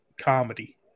comedy